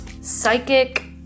psychic